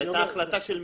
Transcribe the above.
זו היתה החלטה של מדינה.